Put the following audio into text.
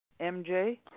MJ